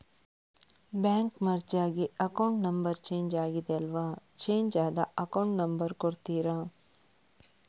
Bank merge ಆಗಿ account number change ಆಗಿದೆ ಅಲ್ವಾ, ಚೇಂಜ್ ಆದ ಅಕೌಂಟ್ ನಂಬರ್ ಕೊಡ್ತೀರಾ?